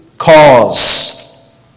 cause